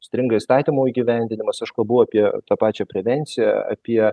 stringa įstatymo įgyvendinimas aš kalbu apie tą pačią prevenciją apie